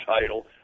title